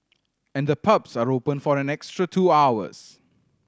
and the pubs are open for an extra two hours